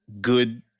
good